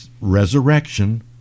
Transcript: resurrection